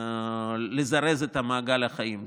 ולזרז את מעגל החיים.